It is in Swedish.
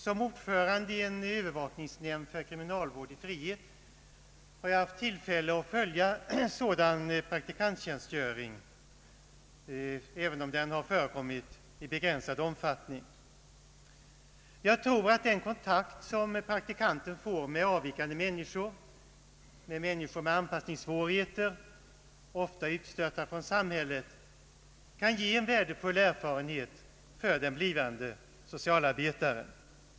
Som ordförande i en övervakningsnämnd för kriminalvård i frihet har jag haft tillfälle att följa sådan praktikanttjänstgöring, även om den har förekommit i ganska begränsad omfattning. Jag tror att den kontakt som praktikanten får med människor med anpassningssvårigheter, ofta utstötta ur samhället, kan ge värdefull erfarenhet för den blivande socialarbetaren.